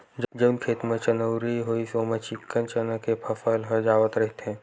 जउन खेत म चनउरी होइस ओमा चिक्कन चना के फसल ह जावत रहिथे